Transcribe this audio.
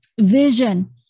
vision